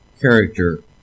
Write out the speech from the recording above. character